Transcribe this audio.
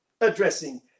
addressing